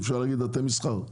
אפשר להגיד אתם מסחר.